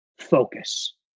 Focus